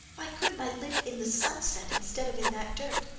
why couldn't i live in the sunset instead of in that dirt?